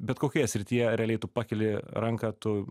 bet kokioje srityje realiai tu pakeli ranką tu